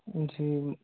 जी